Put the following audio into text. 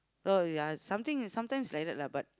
oh ya something sometimes like that lah but